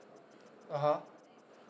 (uh huh)